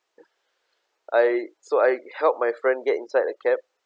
I so I help my friend get inside the cab